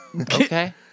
Okay